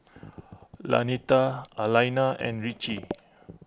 Lanita Alaina and Ritchie